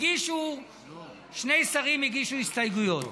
שני שרים הגישו הסתייגויות,